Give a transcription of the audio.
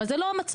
אבל זה לא המצב.